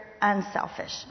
unselfish